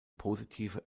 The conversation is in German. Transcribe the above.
positive